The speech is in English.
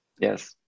Yes